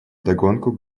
вдогонку